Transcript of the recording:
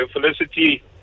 Felicity